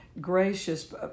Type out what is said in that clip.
gracious